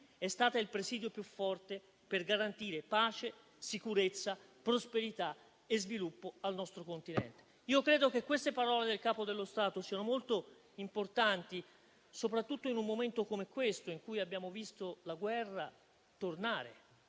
è stata il presidio più forte per garantire pace, sicurezza, prosperità e sviluppo al nostro continente. Io credo che queste parole del Capo dello Stato siano molto importanti, soprattutto in un momento come quello attuale, in cui abbiamo visto la guerra tornare